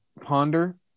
ponder